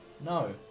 No